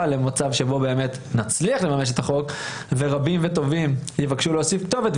למצב שבו נצליח לממש את החוק ורבים וטובים יבקשו להוסיף כתובת,